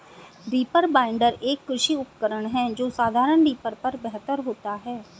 reaper binder, एक कृषि उपकरण है जो साधारण रीपर पर बेहतर होता है